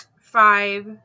five